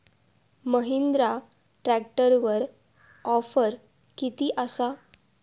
महिंद्रा ट्रॅकटरवर ऑफर किती आसा?